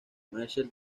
marcel